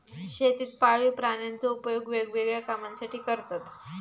शेतीत पाळीव प्राण्यांचो उपयोग वेगवेगळ्या कामांसाठी करतत